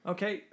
Okay